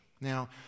Now